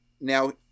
Now